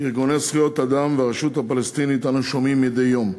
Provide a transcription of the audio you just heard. "ארגוני זכויות אדם" וברשות הפלסטינית אנו שומעים מדי יום.